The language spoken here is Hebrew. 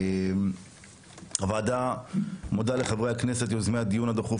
הוועדה מודה לחברי-הכנסת יוזמי הדיון הדחוף